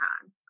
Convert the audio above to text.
time